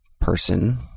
person